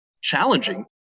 challenging